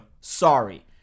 Sorry